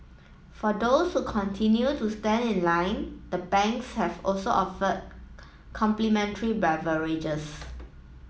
for those who continue to stand in line the banks have also offer complimentary beverages